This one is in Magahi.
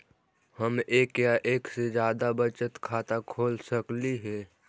हम एक या एक से जादा बचत खाता खोल सकली हे?